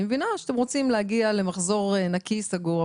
אני מבינה שאתם רוצים להגיע למחזור נקי סגור,